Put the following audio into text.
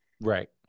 right